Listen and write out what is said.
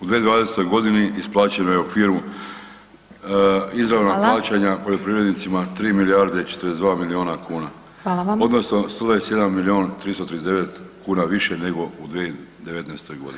U 2020.g. isplaćeno je u okviru izravnog plaćanja poljoprivrednicima 3 milijarde i 42 milijuna kuna [[Upadica Glasovac: Hvala.]] odnosno 121 milijun 339 kuna više nego u 2019.g.